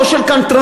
לא של קנטרנות,